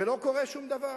ולא קורה שום דבר.